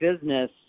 business